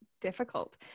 difficult